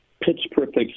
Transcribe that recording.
pitch-perfect